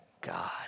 God